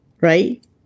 right